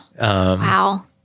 Wow